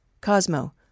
Cosmo